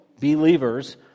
believers